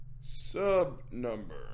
sub-number